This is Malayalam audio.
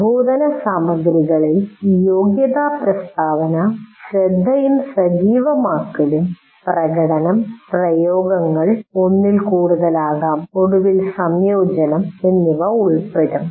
പ്രബോധനസാമഗ്രികളിൽ യോഗ്യതാപ്രസ്താവന ശ്രദ്ധയും സജീവമാക്കലും പ്രകടനം പ്രയോഗങ്ങൾ ഒന്നിൽ കൂടുതൽ ആകാം ഒടുവിൽ സംയോജനം എന്നിവ ഉൾപ്പെടും